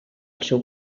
seu